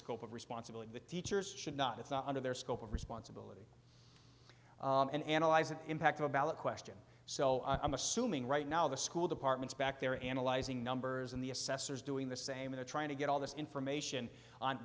scope of responsibility the teachers should not it's not under their scope of responsibility and analyze an impact of a ballot question so i'm assuming right now the school department's back there analyzing numbers and the assessors doing the same in the trying to get all this information on